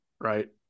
right